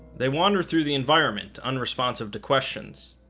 they wander through the environment unresponsive to questions.